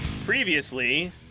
Previously